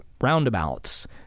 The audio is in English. roundabouts